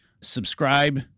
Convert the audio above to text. subscribe